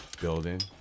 building